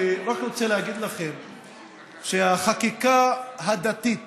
אני רק רוצה להגיד לכם שהחקיקה הדתית